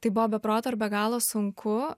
tai buvo be proto ir be galo sunku